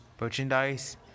merchandise